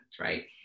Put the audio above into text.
right